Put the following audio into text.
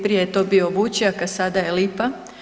Prije je to bio Vučjak, a sada je Lipa.